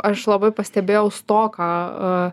aš labai pastebėjau stoką